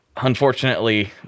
unfortunately